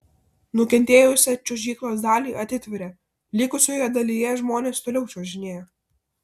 nukentėjusią čiuožyklos dalį atitvėrė likusioje dalyje žmonės toliau čiuožinėjo